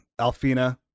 Alfina